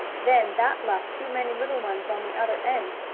then that left too many little ones on the other end,